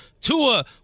Tua